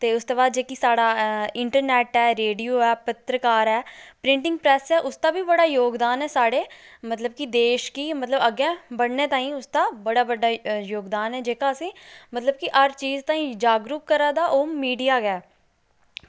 ते उसदे बाद जेह्की साढ़ा इंटरनेट ऐ रेडियो ऐ पत्रकार ऐ प्रिंटिंग प्रैस ऐ उसदा बी बड़ा जोगदान ऐ साढ़े मतलब कि देश गी अग्गै बड़ने ताहीं उसदा बड़ा बड्डा जोगदान ऐ जेह्का असें ई मतलब की हर चीज ताहीं जागरूक करा दा ओह् मीडिया गै